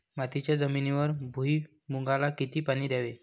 मातीच्या जमिनीवर भुईमूगाला किती पाणी द्यावे?